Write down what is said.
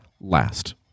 last